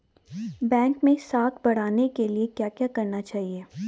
Bank मैं साख बढ़ाने के लिए क्या क्या करना चाहिए?